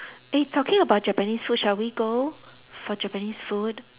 eh talking about Japanese food shall we go for Japanese food